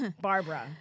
Barbara